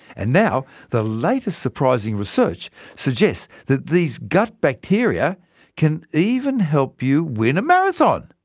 and now, the latest surprising research suggests that these gut bacteria can even help you win a marathon!